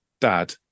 dad